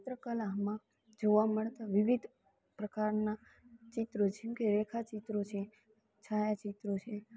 ચિત્રકલામાં જોવા મળતા વિવિધ પ્રકારના ચિત્રો જેમકે રેખા ચિત્રો છે છાયા ચિત્રો છે